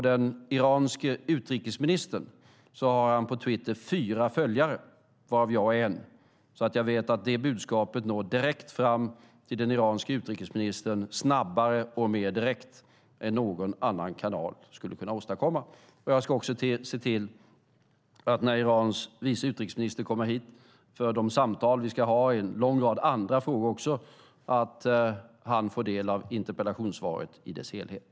Den iranske utrikesministern har fyra följare på Twitter, varav jag är en. Jag vet alltså att det budskapet når direkt fram till den iranske utrikesministern snabbare och mer direkt än vad någon annan kanal skulle kunna åstadkomma. Jag ska också se till att Irans vice utrikesminister, när han kommer hit för de samtal vi ska ha i en lång rad andra frågor, också får del av interpellationssvaret i dess helhet.